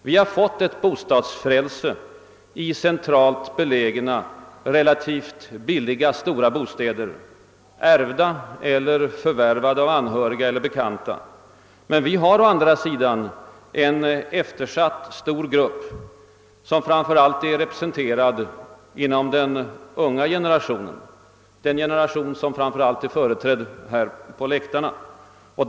Vi har fått ett bostadsfrälse i centralt belägna och relativt billiga stora bostäder, ärvda eller förvärvade av anhöriga eller bekanta, men vi har å andra sidan en eftersatt stor grupp, som främst är ré presenterad inom den unga generationen, den generation som framför allt är företrädd på läktarna här i dag.